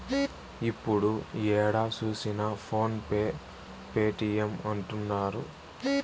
ఇప్పుడు ఏడ చూసినా ఫోన్ పే పేటీఎం అంటుంటారు